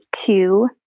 two